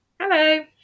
Hello